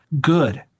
good